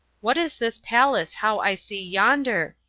what is this palace how i see yonder?